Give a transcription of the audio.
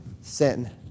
sin